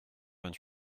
vingt